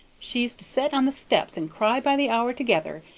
she used to set on the steps and cry by the hour together,